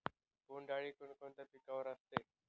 बोंडअळी कोणकोणत्या पिकावर असते?